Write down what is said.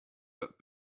but